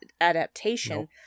adaptation